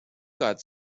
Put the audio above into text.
got